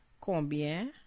Combien